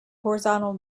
horizontal